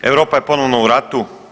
Europa je ponovno u ratu.